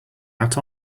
out